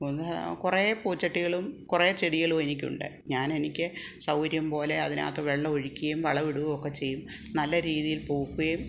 ഒന്ന് കുറെ പൂച്ചട്ടികളും കുറെ ചെടികളും എനിക്കുണ്ട് ഞാൻ എനിക്ക് സൗകര്യം പോലെ അതിനകത്ത് വെള്ളം ഒഴിക്കുകയും വളമിടും ഒക്കെ ചെയ്യും നല്ല രീതിയിൽ പൂക്കുകയും